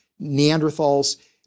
Neanderthals